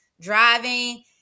driving